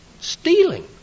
stealing